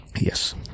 Yes